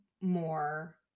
more